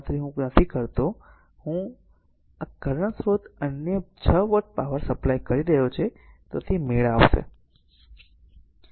ગણતરી હું નથી કરતો આ કરંટ સ્રોત અન્ય 6 વોટ પાવર સપ્લાય કરી રહ્યો છે તો જ તે મેળ ખાશે